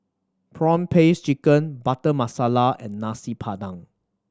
prawn paste chicken Butter Masala and Nasi Padang